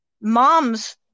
moms